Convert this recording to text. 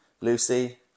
Lucy